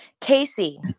Casey